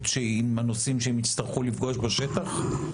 עם הנושאים שהם יצטרכו לפגוש בשטח?